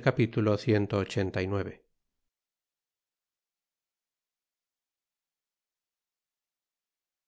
capitulo cxc